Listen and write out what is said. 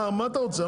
מה אתה רוצה?